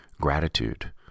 gratitude